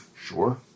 Sure